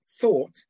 thought